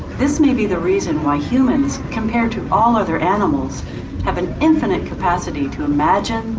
this may be the reason why humans compared to all other animals have an infinite capacity to imagine,